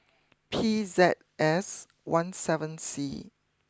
P Z S one seven C